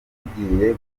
tugiye